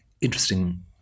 interesting